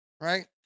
right